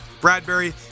Bradbury